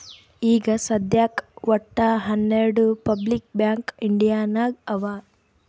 ಈಗ ಸದ್ಯಾಕ್ ವಟ್ಟ ಹನೆರ್ಡು ಪಬ್ಲಿಕ್ ಬ್ಯಾಂಕ್ ಇಂಡಿಯಾ ನಾಗ್ ಅವಾ